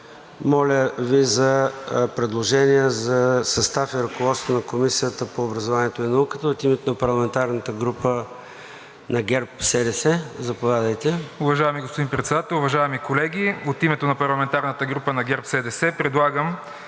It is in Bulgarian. Моля Ви за предложения за състав и ръководство на Комисията по образованието и науката. От името на парламентарната група на ГЕРБ-СДС. Заповядайте. МАРИН МАРИНОВ (ГЕРБ-СДС): Уважаеми господин Председател, уважаеми колеги! От името на парламентарната група на ГЕРБ-СДС предлагам